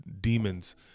demons